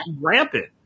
rampant